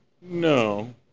No